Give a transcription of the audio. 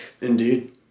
indeed